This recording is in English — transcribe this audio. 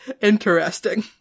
interesting